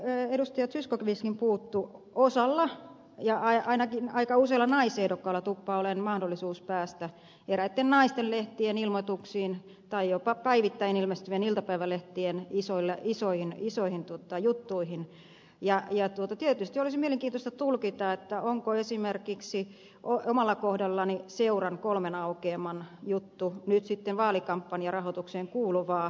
zyskowiczkin puuttui on se että osalla tai ainakin aika usealla naisehdokkaalla tuppaa olemaan mahdollisuus päästä eräitten naistenlehtien ilmoituksiin tai jopa päivittäin ilmestyvien iltapäivälehtien isoihin juttuihin ja tietysti olisi mielenkiintoista tulkita onko esimerkiksi omalla kohdallani seuran kolmen aukeaman juttu nyt sitten vaalikampanjarahoitukseen kuuluvaa vai ei